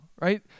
right